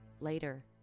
Later